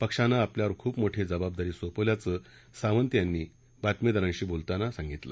पक्षानं आपल्यावर खूप मोठी जबाबदारी सोपवल्याचं सावंत यांनी बातमीदारांशी बोलताना सांगितलं